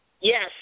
Yes